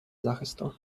захисту